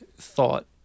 thought